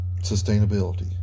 sustainability